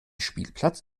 spielplatz